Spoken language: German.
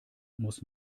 muss